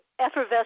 effervescent